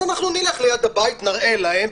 נלך ליד הבית ונראה להם.